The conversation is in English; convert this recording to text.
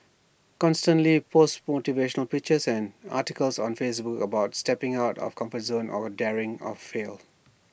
constantly post motivational pictures and articles on Facebook about stepping out of comfort zone or daring of fail